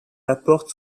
apporte